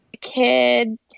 kid